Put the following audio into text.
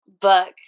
book